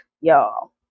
y'all